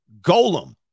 golem